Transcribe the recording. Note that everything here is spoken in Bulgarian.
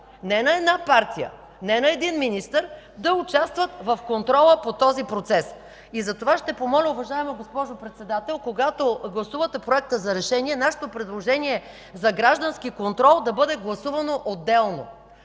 не на една партия, не на един министър, да участват в контрола по този процес. Затова ще помоля, уважаема госпожо Председател, когато гласувате Проекта за решение, нашето предложение за граждански контрол да бъде гласувано отделно.